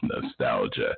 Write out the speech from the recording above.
Nostalgia